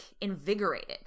invigorated